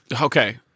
Okay